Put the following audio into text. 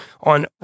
on